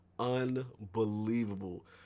Unbelievable